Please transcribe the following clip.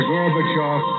Gorbachev